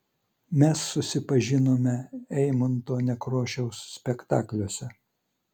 mes susipažinome eimunto nekrošiaus spektakliuose